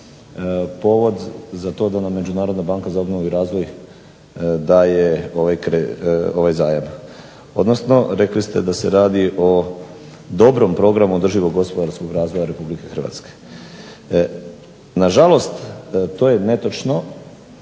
povod za to da nam Međunarodna banka za obnovu i razvoj daje ovaj zajam, odnosno rekli ste da se radi o dobrom programu održivog gospodarskog razvoja RH. Nažalost, to je netočno